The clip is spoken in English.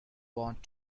want